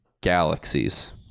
galaxies